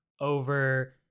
over